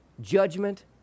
judgment